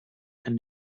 and